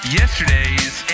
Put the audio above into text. yesterday's